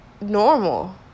normal